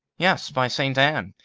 yes, by saint anne,